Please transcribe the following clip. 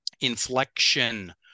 inflection